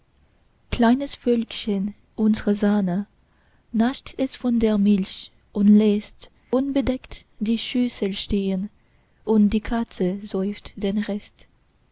kleines völkchen unsre sahne nascht es von der milch und läßt unbedeckt die schüssel stehen und die katze säuft den rest